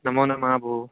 नमो नमः भोः